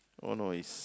oh no it's